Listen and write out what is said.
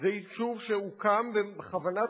זה יישוב שהוקם בכוונת מכוון,